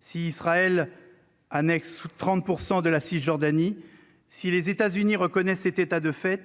Si Israël annexe 30 % de la Cisjordanie, si les États-Unis reconnaissent cet état de fait,